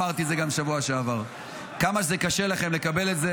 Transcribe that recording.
ואמרתי את זה גם בשבוע שעבר: כמה שזה קשה לכם לקבל את זה,